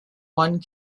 one